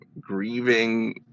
grieving